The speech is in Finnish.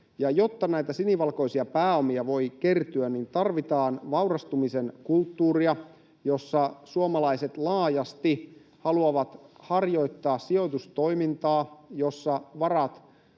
jotta näitä sinivalkoisia pääomia voi kertyä, tarvitaan vaurastumisen kulttuuria, jossa suomalaiset laajasti haluavat harjoittaa sijoitustoimintaa, jossa varat